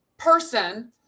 person